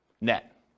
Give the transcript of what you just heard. net